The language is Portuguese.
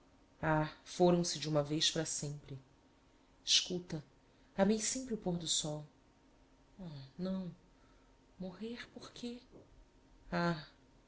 ah foram-se de uma vez para sempre escuta amei sempre o pôr do sol oh não morrer por quê ah